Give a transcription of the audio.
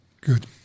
Good